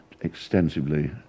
extensively